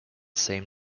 same